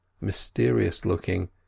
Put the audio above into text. mysterious-looking